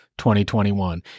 2021